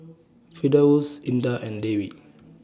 Firdaus Indah and Dewi